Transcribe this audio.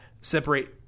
separate